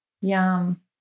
Yum